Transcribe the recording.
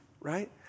right